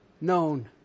known